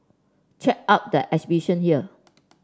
check out the exhibition here